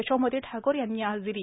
यशोमती ठाक्र यांनी आज दिली